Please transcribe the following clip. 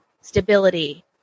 stability